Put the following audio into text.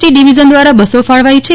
T division દ્વારા બસો ફાળવાઈ છે